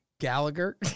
Gallagher